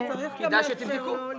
כדאי שתבדקו.